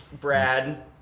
Brad